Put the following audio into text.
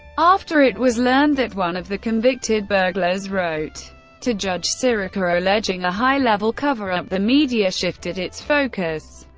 after it was learned that one of the convicted burglars wrote to judge sirica alleging a high-level cover-up, the media shifted its focus.